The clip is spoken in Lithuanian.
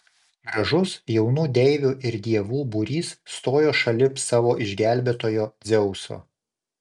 gražus jaunų deivių ir dievų būrys stojo šalip savo išgelbėtojo dzeuso